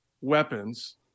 weapons